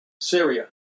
Syria